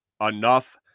enough